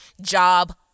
job